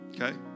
okay